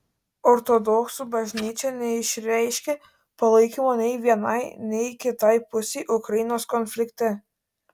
ortodoksų bažnyčia neišreiškė palaikymo nei vienai nei kitai pusei ukrainos konflikte